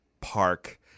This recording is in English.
Park